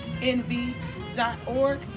NV.org